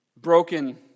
broken